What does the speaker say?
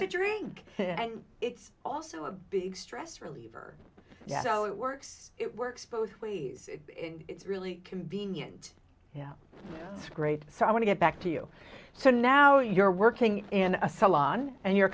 to drink it's also a big stress reliever so it works it works both ways really convenient yeah it's great so i want to get back to you so now you're working in a salon and you're